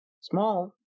Small